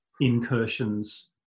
incursions